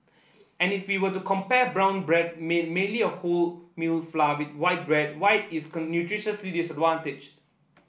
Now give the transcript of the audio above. any if we were to compare brown bread made mainly of wholemeal flour with white bread white is nutritionally disadvantaged